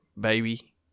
baby